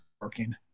working